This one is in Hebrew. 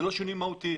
זה לא שינוי מהותי.